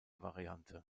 variante